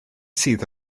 sydd